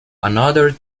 another